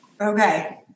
Okay